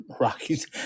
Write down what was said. Rockies